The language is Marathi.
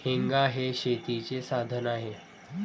हेंगा हे शेतीचे साधन आहे